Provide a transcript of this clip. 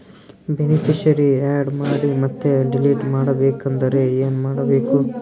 Beneficiary, add ಮಾಡಿ ಮತ್ತೆ delete ಮಾಡಬೇಕೆಂದರೆ ಏನ್ ಮಾಡಬೇಕು?